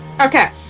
Okay